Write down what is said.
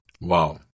Wow